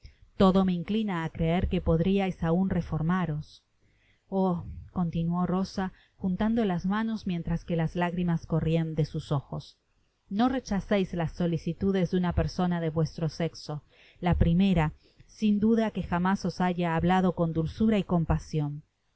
todo me inclina á creer que podriais aun reformaros oh continuó rosa juntando las manos mientras que las lágrimas corrian de sus ojos no rechazeis las solicitudes de una persona de vuestro sexo la primera sin duda que jamás os haya hablado con dulzura y